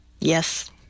Yes